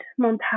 montage